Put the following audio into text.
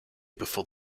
before